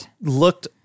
looked